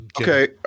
Okay